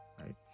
right